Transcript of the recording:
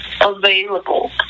available